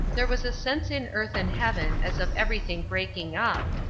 there was a sense in earth and heaven as of everything breaking up,